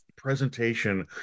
presentation